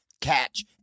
Catch